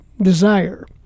desire